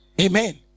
Amen